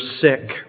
sick